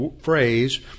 phrase